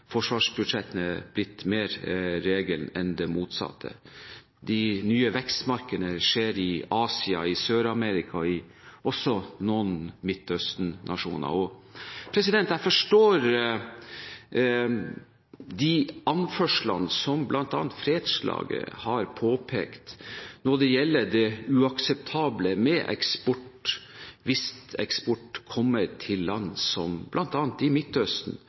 blitt mer regelen enn det motsatte. De nye vekstmarkedene skjer i Asia, i Sør-Amerika og også i noen av Midtøsten-nasjonene. Jeg forstår de anførslene som bl.a. Fredslaget har påpekt når det gjelder det uakseptable med eksport hvis eksporten kommer til land, bl.a. i Midtøsten, som anvender våpen mot egen befolkning. I